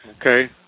Okay